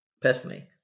Personally